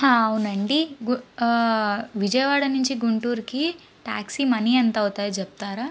అవునండి గు విజయవాడ నుంచి గుంటూరుకి ట్యాక్సీ మనీ ఎంత అవుతుందో చెప్తారా